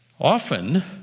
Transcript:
often